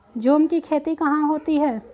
झूम की खेती कहाँ होती है?